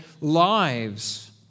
lives